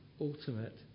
ultimate